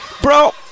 Bro